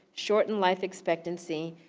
shorten life expectancy.